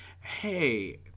hey